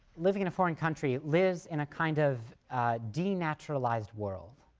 living in a foreign country, lives in a kind of denaturalized world,